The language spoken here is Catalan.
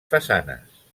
façanes